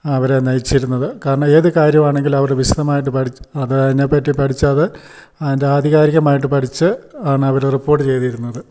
അവരെ നയിച്ചിരുന്നത് കാരണം ഏത് കാര്യം ആണെങ്കിൽ അവർ വിശദമായിട്ട് പഠിച്ച് അത് അതിനെപ്പറ്റി പഠിച്ചത് അതിൻ്റെ ആധികാരികമായിട്ട് പഠിച്ച് ആണവർ റിപ്പോർട്ട് ചെയ്തിരുന്നത്